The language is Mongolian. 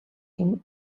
гэнэ